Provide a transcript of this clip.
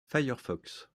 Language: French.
firefox